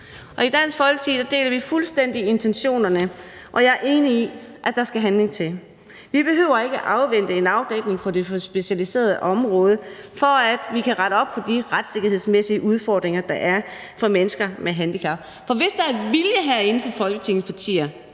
I Dansk Folkeparti deler vi fuldstændig intentionerne, og jeg er enig i, at der skal handling til. Vi behøver ikke at afvente en afdækning på det specialiserede område, for at vi kan rette op på de retssikkerhedsmæssige udfordringer, der er for mennesker med handicap. For hvis der er vilje herinde fra Folketingets partiers